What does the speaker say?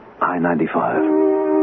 I-95